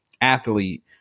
athlete